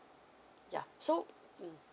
yeah so mm